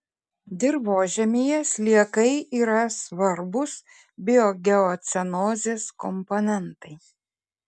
dirvožemyje sliekai yra svarbūs biogeocenozės komponentai